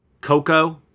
Coco